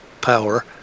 power